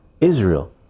israel